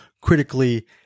critically